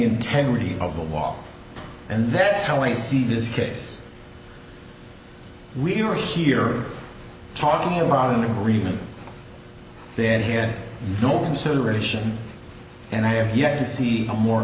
integrity of the wall and that's how i see this case we're here talking a lot in agreement then he had no consideration and i have yet to see a more